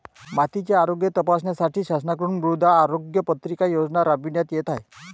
मातीचे आरोग्य तपासण्यासाठी शासनाकडून मृदा आरोग्य पत्रिका योजना राबविण्यात येत आहे